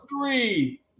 three